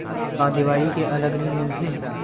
का देवारी के अलग ऋण मिलथे?